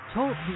Talk